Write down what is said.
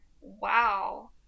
wow